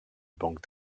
banque